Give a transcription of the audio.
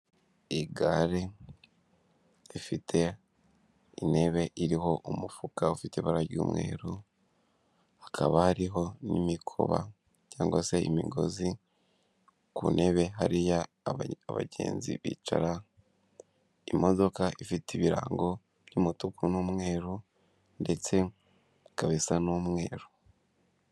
Igare rifite intebe iriho umufuka ufite ibara ry'umweru, hakaba hariho n'imikoba cyangwa se imigozi ku ntebe hariya abagenzi bicara, imodoka ifite ibirango by'umutuku n'umweru ndetse ikaba isa n'umweru.